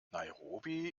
nairobi